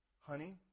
Honey